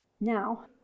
Now